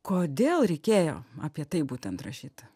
kodėl reikėjo apie tai būtent rašyti